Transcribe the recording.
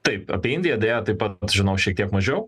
taip apie indiją deja taip pat žinau šiek tiek mažiau